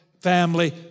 family